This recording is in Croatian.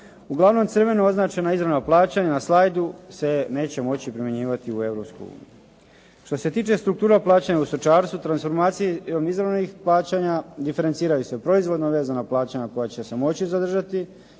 Uglavnom crveno označena izravna plaćanja na slajdu se neće moći primjenjivati u Europskoj uniji. Što se tiče struktura plaćanja u stočarstvu transformacijom izravnih plaćanja diferenciraju se proizvodno vezana plaćanja koja će se moći zadržati